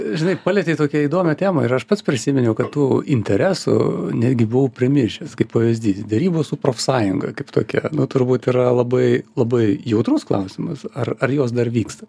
žinai palietei tokią įdomią temą ir aš pats prisiminiau kad tų interesų netgi buvau primiršęs kaip pavyzdys derybos su profsąjunga kaip tokia nu turbūt yra labai labai jautrus klausimas ar ar jos dar vyksta